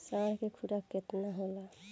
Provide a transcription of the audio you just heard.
साँढ़ के खुराक केतना होला?